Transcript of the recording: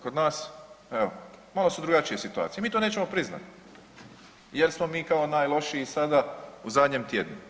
Kod nas evo malo su drugačije situacije i mi to nećemo priznati jer smo mi kao najlošiji sada u zadnjem tjednu.